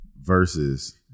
Versus